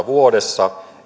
vuodessa